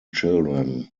children